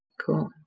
Cool